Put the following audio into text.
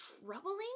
troubling